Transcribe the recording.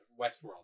Westworld